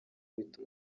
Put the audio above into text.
bituma